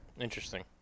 Interesting